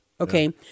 Okay